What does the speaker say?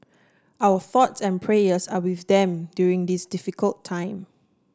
our thoughts and prayers are with them during this difficult time